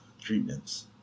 treatments